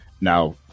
now